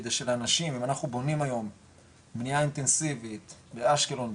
אם אנחנו בונים היום בנייה אינטנסיבית באשקלון,